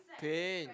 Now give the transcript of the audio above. pain